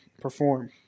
perform